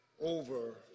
over